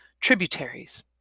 tributaries